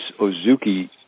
Ozuki